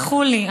תסלחו לי,